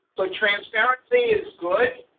like transparency is good.